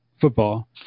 football